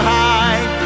high